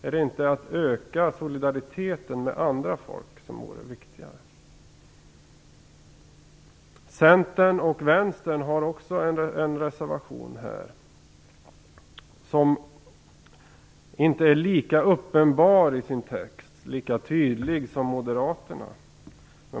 Är det inte att öka solidariteten med andra folk som är det viktiga? Centern och Vänsterpartiet har också en reservation som inte är lika tydlig som moderaternas.